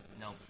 No